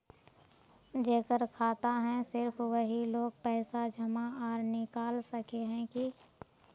जेकर खाता है सिर्फ वही लोग पैसा जमा आर निकाल सके है की?